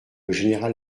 général